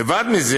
לבד מזה,